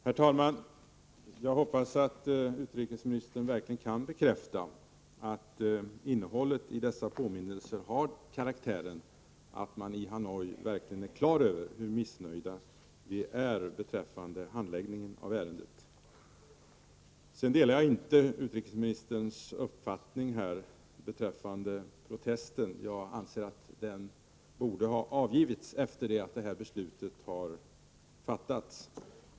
Herr talman! Jag hoppas att utrikesministern kan bekräfta att innehållet i påminnelserna har en sådan karaktär att myndigheterna i Hanoi verkligen är på det klara med hur missnöjda vi är med handläggningen av ärendet. Jag delar inte utrikesministerns uppfattning om protester. Jag anser att en protest borde ha avgivits efter det att beslutet att neka utresetillstånd hade fattats.